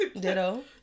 ditto